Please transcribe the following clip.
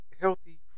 healthy